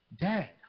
Dad